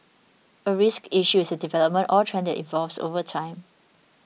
a risk issue is a development or trend that evolves over time